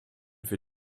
für